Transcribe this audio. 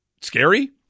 scary